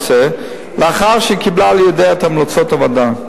לאחר שקיבלה לידיה את המלצות הוועדה.